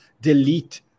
delete